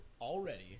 already